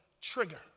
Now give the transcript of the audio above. trigger